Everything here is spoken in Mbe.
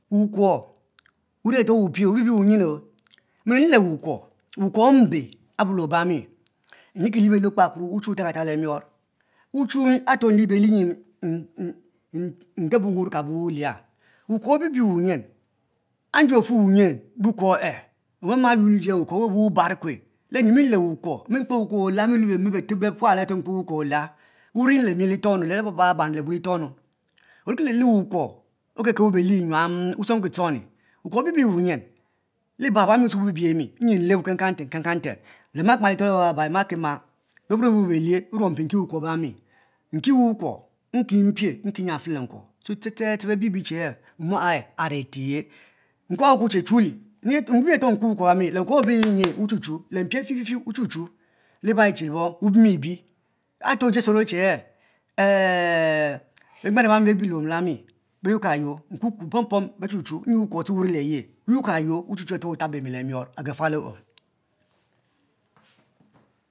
Wukuo wani are wupie wu bilin wuyin oh mi inri ri le wukuo wukuo mbe obuami iriki lihe belie wutals katab le mior wuchu are nlie be nyi npebo mur bu wulia wakuo bibi wuyin nde ofe wyin wuko, omama wukuo wufara fe mkper wukuo wula mile beteb bepual areto mkpere wukuo wula, wai le mi lito nu le baba ba ba ari leba litonu onkilele wukuo okekebu belie nyuam wuetchong ko etelong wubible wuyin, obuam lue wubible mi nyi lue nlebo kan kan nten, le ma lito leba ema ki mal, beburo mibuo belie nuruong mpi ki wukuo obami, nki wukuo, nki mpie nki nyuanfelenkuo, ste ste ste bebibie che hay mom e e ari yi nkuo wukuo, che chuli mbibi are nkuo wuku obuami le nkuobo behbe wuchu chu liba che bebimibi, areto jesu are che e e e, bergbanu abami bebibi liluom ehami beyuor ka yua mpom pom bechu chu nyi wukuo lue be ni le ye wulkayour wuchu watabemi le mior agafualo